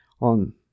on